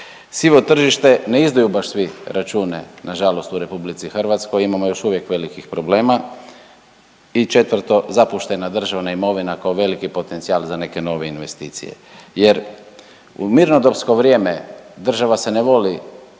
Sivo tržište, ne izdaju baš svi račune nažalost u RH imamo još uvijek velikih problema. I četvrto, zapuštena državna imovina kao veliki potencijal za neke nove investicije jer u mirnodopsko vrijeme država se ne voli